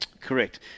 Correct